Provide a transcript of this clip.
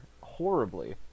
horribly